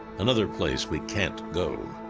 another place we can't go.